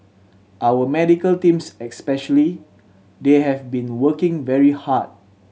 our medical teams especially they have been working very hard